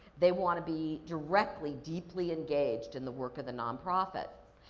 they wanna be directly, deeply engaged in the work of the non-profit.